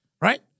right